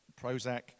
Prozac